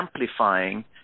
amplifying